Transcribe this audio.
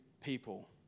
people